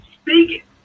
Speak